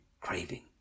craving